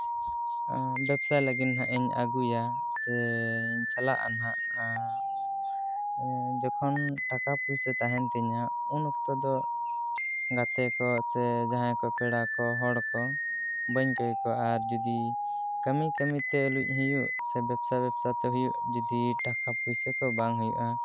ᱵᱮᱵᱽᱥᱟᱭ ᱞᱟᱹᱜᱤᱫ ᱱᱟᱦᱟᱜ ᱤᱧ ᱟᱹᱜᱩᱭᱟ ᱥᱮᱧ ᱪᱟᱞᱟᱜᱼᱟ ᱱᱟᱦᱟᱜ ᱡᱚᱠᱷᱚᱱ ᱴᱟᱠᱟ ᱯᱚᱭᱥᱟ ᱛᱟᱦᱮᱱ ᱛᱤᱧᱟᱹ ᱩᱱ ᱚᱠᱛᱚ ᱫᱚ ᱜᱟᱛᱮ ᱠᱚ ᱥᱮ ᱡᱟᱦᱟᱸᱭ ᱠᱚ ᱯᱮᱲᱟ ᱠᱚ ᱦᱚᱲ ᱠᱚ ᱵᱟᱹᱧ ᱠᱚᱭ ᱠᱚᱣᱟ ᱟᱨ ᱡᱩᱫᱤ ᱠᱟᱹᱢᱤ ᱠᱟᱹᱢᱤᱛᱮ ᱛᱩᱞᱩᱡ ᱦᱩᱭᱩᱜ ᱥᱮ ᱵᱮᱵᱽᱥᱟ ᱵᱮᱵᱽᱥᱟᱛᱮ ᱦᱩᱭᱩᱜ ᱡᱩᱫᱤ ᱴᱟᱠᱟ ᱯᱚᱭᱥᱟ ᱠᱚ ᱵᱟᱝ ᱦᱩᱭᱩᱜᱼᱟ